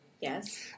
Yes